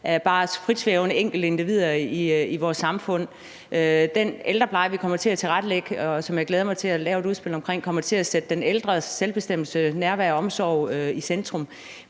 som bare er frit svævende enkeltindivider i vores samfund. Den ældrepleje, vi kommer til at tilrettelægge, og som jeg glæder mig til at lave et udspil omkring, kommer til at sætte den ældres selvbestemmelse, nærvær og omsorg i centrum.